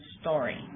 story